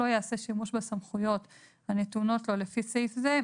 יעשה שימוש בסמכויות הנתונות לו לפי סעיף זה,